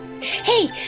Hey